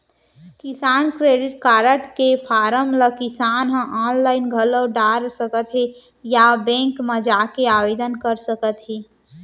किसान credit card के form ल किसान ह आनलाइन घलौ डार सकत हें या बेंक म जाके आवेदन कर सकत हे